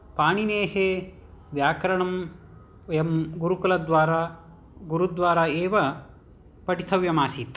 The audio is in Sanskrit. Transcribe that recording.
पाणिनेः व्याकरणं वयं गुरुकुलद्वारा गुरुद्वारा एव पठितव्यम् आसीत्